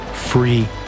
free